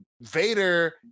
Vader